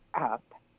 up